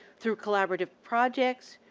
through collaborative projects,